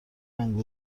رنگ